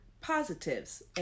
positives